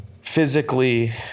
Physically